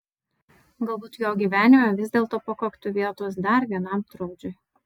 galbūt jo gyvenime vis dėlto pakaktų vietos dar vienam trukdžiui